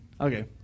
Okay